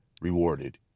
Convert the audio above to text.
rewarded